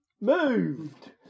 moved